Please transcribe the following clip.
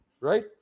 right